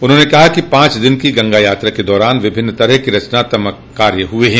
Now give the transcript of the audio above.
उन्होंने कहा कि पांच दिनों की गंगा यात्रा के दौरान विभिन्न तरह के रचनात्मक कार्य हुए है